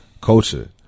culture